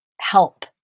help